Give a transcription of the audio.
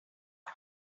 one